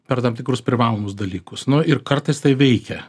per tam tikrus privalomus dalykus nu ir kartais tai veikia